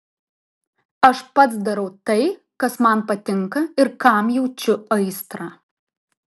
aš pats darau tai kas man patinka ir kam jaučiu aistrą